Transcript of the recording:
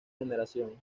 generación